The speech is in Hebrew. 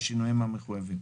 בשינויים המחויבים.